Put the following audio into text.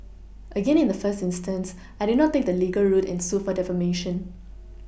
again in the first instance I did not take the legal route and sue for defamation